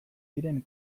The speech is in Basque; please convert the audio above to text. diren